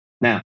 Now